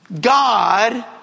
God